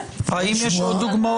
האם יש עוד דוגמאות מהעבר?